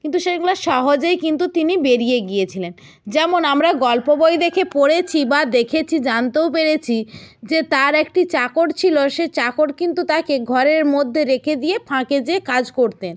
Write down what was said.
কিন্তু সেইগুলা সহজেই কিন্তু তিনি বেরিয়ে গিয়েছিলেন যেমন আমরা গল্প বই দেখে পড়েছি বা দেখেছি জানতেও পেরেছি যে তার একটি চাকর ছিলো সে চাকর কিন্তু তাকে ঘরের মধ্যে রেখে দিয়ে ফাঁকে যেয়ে কাজ করতেন